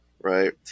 right